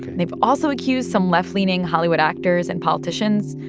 they've also accused some left-leaning hollywood actors and politicians,